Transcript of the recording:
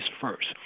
first